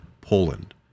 Poland